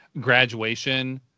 graduation